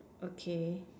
okay